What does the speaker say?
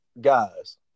guys